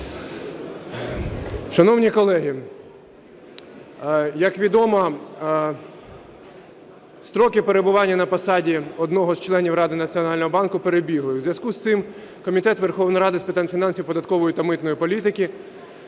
Шановні колеги, як відомо, строки перебування на посаді одного з членів Ради Національного банку перебігли. У зв'язку з цим Комітет Верховної Ради з питань фінансів, податкової та митної політики